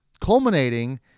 Culminating